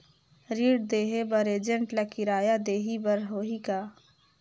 ऋण देहे बर एजेंट ला किराया देही बर होही का?